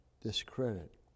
discredit